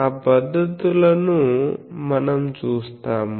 ఆ పద్ధతుల ను మనం చూస్తాం